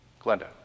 Glenda